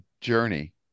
journey